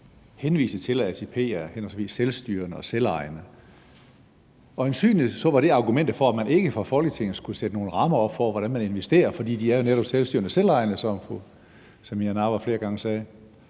henviste til, at ATP er henholdsvis selvstyrende og selvejende. Øjensynligt var det argumentet for, at man ikke fra Folketingets side skulle sætte nogle rammer op for, hvordan de investerer, altså fordi de jo netop er selvstyrende og selvejende, som fru Samira Nawa flere gange sagde.